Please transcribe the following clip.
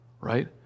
right